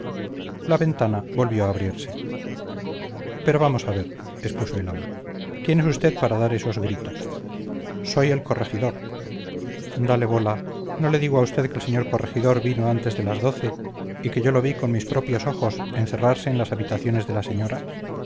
la ventana volvió a abrirse pero vamos a ver quién es usted para dar esos gritos soy el corregidor dale bola no le digo a usted que el señor corregidor vino antes de las doce y que yo lo vi con mis propios ojos encerrarse en las habitaciones de la señora